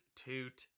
toot